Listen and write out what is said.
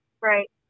Right